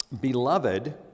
Beloved